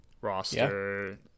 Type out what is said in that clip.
roster